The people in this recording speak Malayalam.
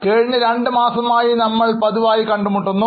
കഴിഞ്ഞ രണ്ടുമാസമായി നമ്മൾ പതിവായി കണ്ടുമുട്ടുന്നു